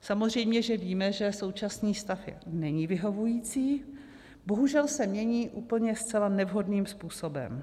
Samozřejmě že víme, že současný stav není vyhovující, bohužel se mění úplně zcela nevhodným způsobem.